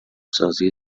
سازی